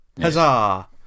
Huzzah